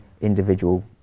Individual